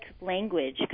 language